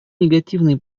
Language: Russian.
негативные